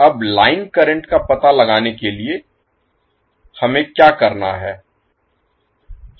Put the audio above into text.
अब line current का पता लगाने के लिए हमें क्या करना है